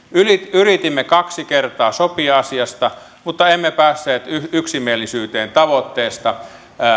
yritimme kaksi kertaa sopia asiasta mutta emme päässeet yksimielisyyteen tavoitteesta